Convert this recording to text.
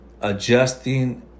adjusting